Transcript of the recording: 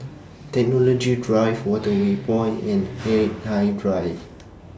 Technology Drive Waterway Point and Hindhede Drive